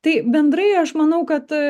tai bendrai aš manau kad